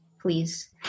please